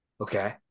Okay